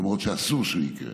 למרות שאסור שהוא יקרה,